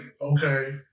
okay